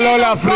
נא לא להפריע,